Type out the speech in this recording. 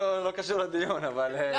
ההחזרה שלהם.